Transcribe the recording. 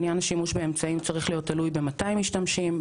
עניין השימוש באמצעים צריך להיות תלוי במתי משתמשים,